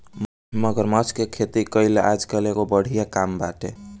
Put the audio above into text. मगरमच्छ के खेती कईल आजकल एगो बढ़िया काम बाटे